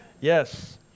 Yes